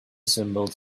symbols